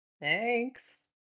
thanks